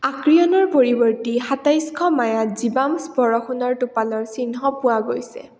আৰ্কিয়ানৰ পৰৱৰ্তী সাতাইছশ মায়াত জীৱাশ্ম বৰষুণৰ টোপালৰ চিহ্ন পোৱা গৈছে